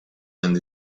and